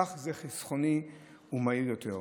כך זה חסכוני ומהיר יותר.